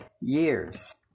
years